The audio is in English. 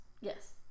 Yes